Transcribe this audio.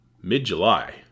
mid-July